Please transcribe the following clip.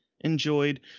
enjoyed